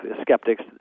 skeptics